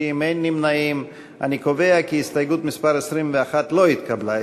50. אני קובע כי הסתייגות מס' 21 לא נתקבלה.